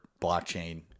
blockchain